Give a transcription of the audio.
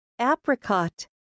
apricot